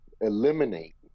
eliminate